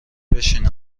بشین